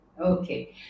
Okay